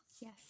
yes